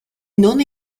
non